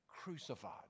crucified